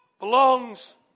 belongs